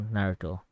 Naruto